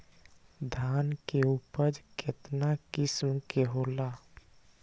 धान के उपज केतना किस्म के होला?